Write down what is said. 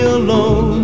alone